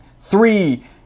three